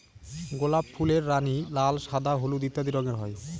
গোলাপ ফুলের রানী, লাল, সাদা, হলুদ ইত্যাদি রঙের হয়